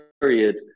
period